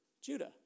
Judah